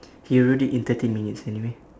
he wrote it in thirty minutes anyway